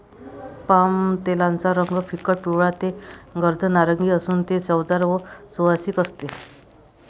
पामतेलाचा रंग फिकट पिवळा ते गर्द नारिंगी असून ते चवदार व सुवासिक असते